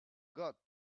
got